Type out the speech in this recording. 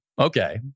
okay